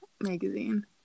magazine